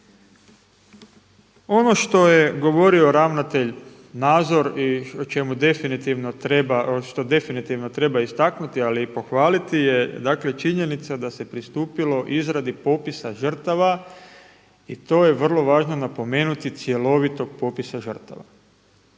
Ono što je govorio ravnatelj Nazor i što treba definitivno istaknuti, ali i pohvaliti je činjenica da se pristupilo izradi popisa žrtava i to je vrlo važno napomenuti, cjelovitog popisa žrtava.